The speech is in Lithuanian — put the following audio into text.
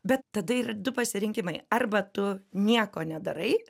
bet tada yra du pasirinkimai arba tu nieko nedarai